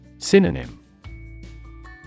Synonym